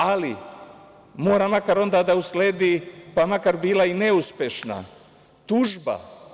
Ali, mora makar onda da usledi, pa makar bila i neuspešna, tužba.